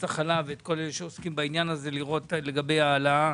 החלב ואת כל מי שעוסקים בעניין הזה לגבי ההעלאה